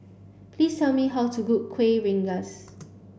please tell me how to cook Kuih Rengas